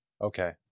Okay